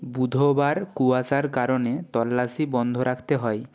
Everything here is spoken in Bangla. বুধবার কুয়াশার কারণে তল্লাশি বন্ধ রাখতে হয়